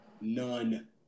None